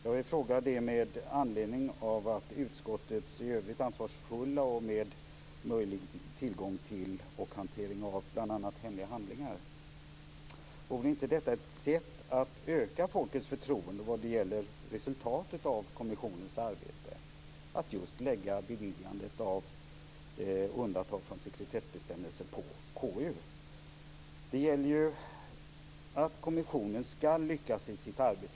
Jag vill fråga detta med anledning av utskottets ansvarsfullhet i övrigt och dess möjliga tillgång till och hantering av bl.a. hemliga handlingar. Vore det inte ett sätt att öka folkets förtroende för resultatet av kommissionens arbete att just lägga beviljandet av undantag från sekretessbestämmelser på KU? Det gäller ju att kommissionen ska lyckas i sitt arbete.